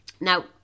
Now